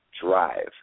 Drive